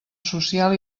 social